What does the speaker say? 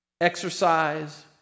exercise